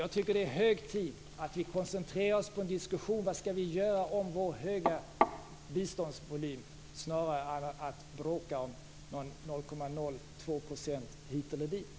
Jag tycker att det är hög tid att vi koncentrerar oss på en diskussion om vad vi skall göra i fråga om vår höga biståndsvolym snarare än att bråka om 0,02 % hit eller dit.